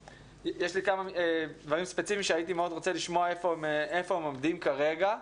יש לי כמה דברים ספציפיים שהיית מאוד רוצה לשמוע איפה הם עומדים כרגע.